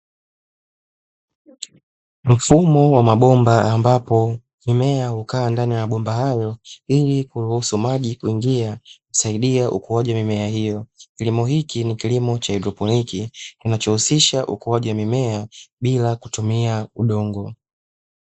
Mfumo wa mabomba ambapo, mimea hukaa ndani ya mabomba hayo, ili kuruhusu maji kuingia kusaidia ukuaji wa mimea hiyo. Kilimo hiki ni kilimo cha haidroponiki, kinachohusisha ukuaji mimea bila kutumia udongo.